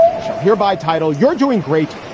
i shall hereby title. you're doing great.